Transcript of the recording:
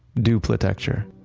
duplitecture.